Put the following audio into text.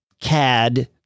CAD